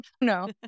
No